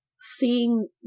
seeing